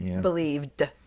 believed